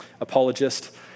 apologist